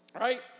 Right